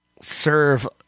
serve